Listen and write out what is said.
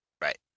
Right